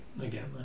again